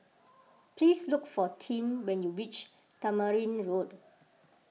please look for Tim when you reach Tamarind Road